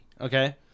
Okay